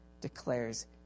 declares